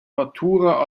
matura